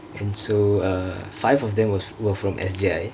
and so err five of them was were from S_J_I